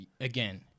again